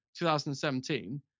2017